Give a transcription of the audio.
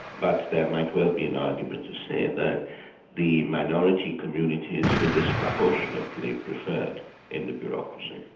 but there might well be an argument to say that the minority communities were disproportionately preferred in the bureaucracy.